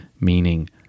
meaning